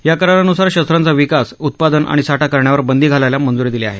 या करारानुसार शस्त्रांचा विकास उत्पादन आणि साठा करण्यावर बंदी घालायला मंज्री दिली आहे